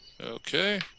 Okay